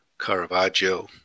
Caravaggio